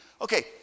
Okay